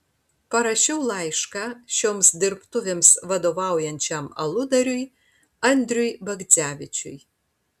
parašiau laišką šioms dirbtuvėms vadovaujančiam aludariui andriui bagdzevičiui